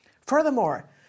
Furthermore